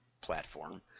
platform